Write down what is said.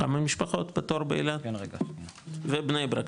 כמה משפחות בתור באלעד ובני ברק,